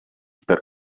per